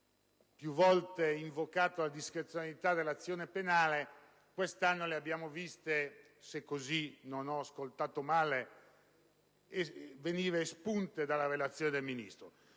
più volte invocato, la discrezionalità dell'azione penale) quest'anno le abbiamo viste - se non ho ascoltato male - espunte dalla relazione del Ministro.